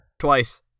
Twice